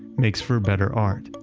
makes for better art.